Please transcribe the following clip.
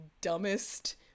dumbest